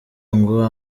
ngo